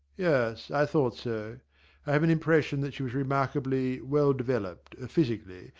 yes, i thought so. i have an impression that she was remarkably well developed, physically,